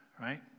right